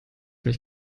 mich